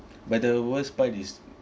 but the worst part is